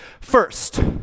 First